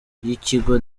y’ikigo